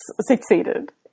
succeeded